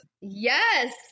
Yes